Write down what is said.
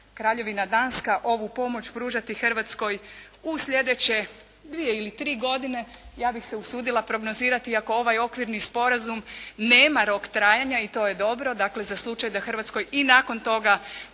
Kraljevina Danska ovu pomoć pružati Hrvatskoj u sljedeće dvije ili tri godine, ja bih se usudila prognozirati ako ovaj okvirni sporazum nema rok trajanja i to je dobro, dakle za slučaj da Hrvatskoj i nakon toga